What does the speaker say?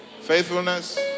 faithfulness